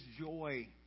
joy